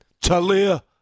Talia